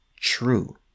true